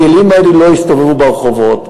הכלים האלה לא יסתובבו ברחובות,